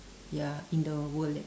ya in the world eh